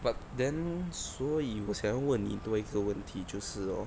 but then 所以我想要问你多一个问题就是哦